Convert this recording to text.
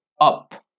up